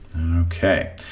Okay